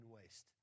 waste